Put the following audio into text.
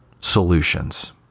solutions